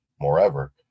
Moreover